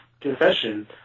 confession